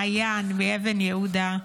מעיין מאבן יהודה.